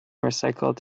recycled